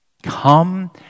come